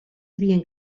havien